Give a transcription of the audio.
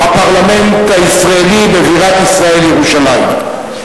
הפרלמנט הישראלי בבירת ישראל ירושלים.